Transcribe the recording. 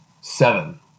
Seven